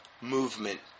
movement